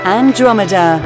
Andromeda